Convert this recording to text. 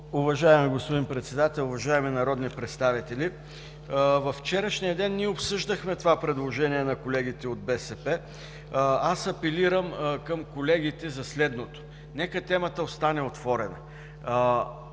Уважаеми господин Председател, уважаеми народни представители! Във вчерашния ден ние обсъждахме това предложение на колегите от БСП. Аз апелирам към колегите за следното: нека темата остане отворена.